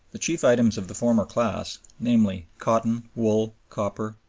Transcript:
the chief items of the former class, namely, cotton, wool, copper,